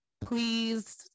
please